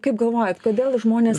kaip galvojat kodėl žmonės